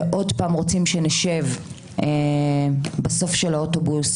ועוד פעם רוצים שנשב בסוף של האוטובוס,